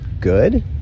good